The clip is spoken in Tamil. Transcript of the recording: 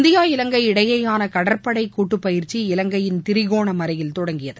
இந்தியா இலங்கை இடையேயான கடற்படை கூட்டு பயிற்சி இலங்கையின் திரிகோன மலையில் தொடங்கியது